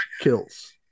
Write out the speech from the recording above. kills